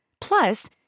Plus